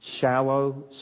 shallow